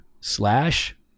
slash